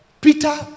Peter